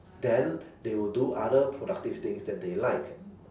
then they will do other productive things that they like